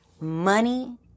money